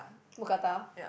mookata